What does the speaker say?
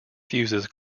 fuses